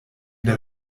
der